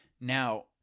Now